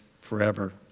forever